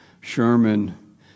Sherman